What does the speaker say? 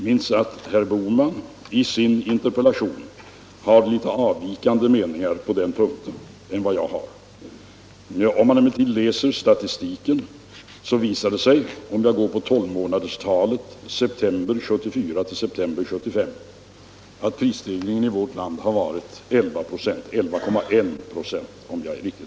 Herr Bohman har i sin interpellation givit uttryck för en mening som avviker från den jag har på den punkten. Statistiken för tolvmånadersperioden september 1974-september 1975 visar att prisstegringen i vårt land har varit 11,1 26.